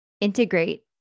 integrate